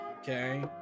Okay